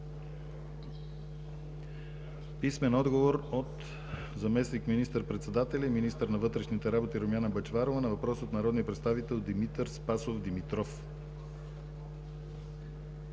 писмен отговор от заместник министър-председателя и министър на вътрешните работи Румяна Бъчварова на въпрос от народния представител Димитър Спасов Димитров;